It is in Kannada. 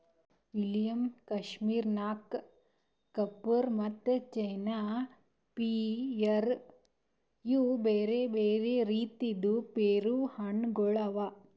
ವಿಲಿಯಮ್, ಕಶ್ಮೀರ್ ನಕ್, ಕೆಫುರ್ ಮತ್ತ ಚೀನಾ ಪಿಯರ್ ಇವು ಬ್ಯಾರೆ ಬ್ಯಾರೆ ರೀತಿದ್ ಪೇರು ಹಣ್ಣ ಗೊಳ್ ಅವಾ